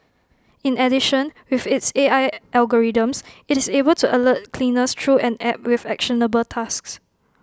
in addition with its A I algorithms IT is able to alert cleaners through an app with actionable tasks